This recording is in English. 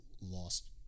lost